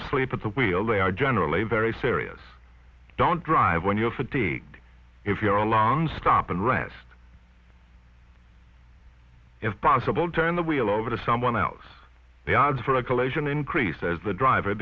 asleep at the wheel they are generally very serious don't drive when you're fatigued if you're a long stop and rest if possible turn the wheel over to someone else the odds for a collision increase as the drive